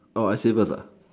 oh I say first